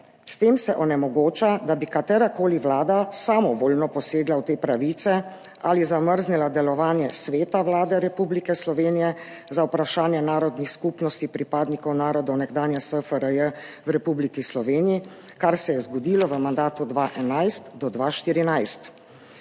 S tem se onemogoča, da bi katerakoli vlada samovoljno posegla v te pravice ali zamrznila delovanje Sveta Vlade Republike Slovenije za vprašanja narodnih skupnosti pripadnikov narodov nekdanje SFRJ v Republiki Sloveniji, kar se je zgodilo v mandatu od 2011 do 2014.